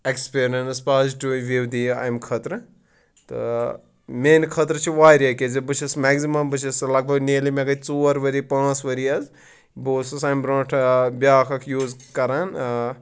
experience positive review دِیہ اَمہِ خٲطرٕ تہٕ میٛانہِ خٲطرٕ چھِ واریاہ کیٛازِ بہٕ چھُس مٮ۪کزِمَم بہٕ چھُس سُہ لَگ بَگ نِیَرلی مےٚ گٔے ژور ؤری پانٛژھ ؤری حظ بہٕ اوسُس اَمہِ برٛونٛٹھ بیٛاکھ اَکھ یوٗز کَران